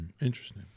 Interesting